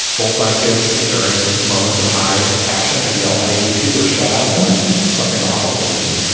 both my kids during moments of high passion have yelled i hate you or shut up or something awful to me.